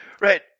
Right